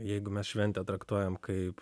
jeigu mes šventę traktuojam kaip